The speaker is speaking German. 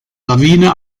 lawine